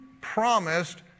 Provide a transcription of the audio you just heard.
promised